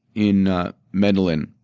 in ah medlin.